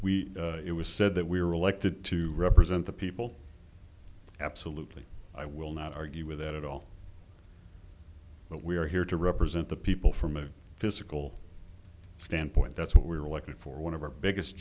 we it was said that we were elected to represent the people absolutely i will not argue with that at all but we are here to represent the people from a physical standpoint that's what we are elected for one of our biggest